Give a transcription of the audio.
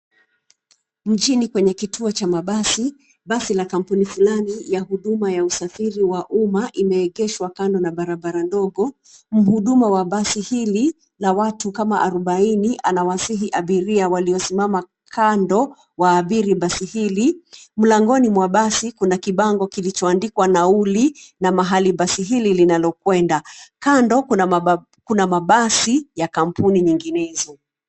Mjini kwenye kituo cha mabasi, basi la kampuni fulani ya huduma ya usafiri wa umma imeegeshwa kando na barabara ndogo. Mhuduma wa basi hili la watu kama arubaini anawasihi abiria waliosimama kando waabiri basi hili. Mlangoni mwa basi kuna kibango kilichoandikwa nauli na mahali basi hili linalokwenda. Kando kuna mabasi ya kampuni nyinginezo.